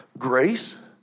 Grace